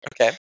Okay